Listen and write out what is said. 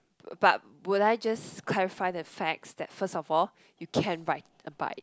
but would I just clarify the facts that first all you can't ride a bike